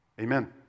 Amen